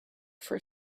for